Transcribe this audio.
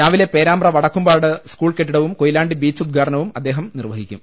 രാവിലെ പേരാമ്പ്ര വടക്കുമ്പാട് സ്കൂൾ കെട്ടിടവും കൊയിലാണ്ടി ബീച്ച് ഉദ്ഘാടനവും അദ്ദേഹം നിർവഹിക്കും